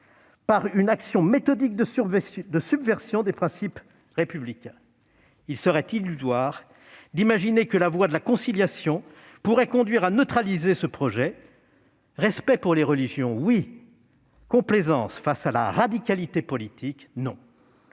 par une action méthodique de subversion des principes républicains. Il serait illusoire d'imaginer que la voie de la conciliation pourrait conduire à neutraliser ce projet. Respect pour les religions, oui ! Complaisance face à la radicalité politique, non